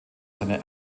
seine